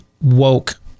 woke